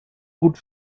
gut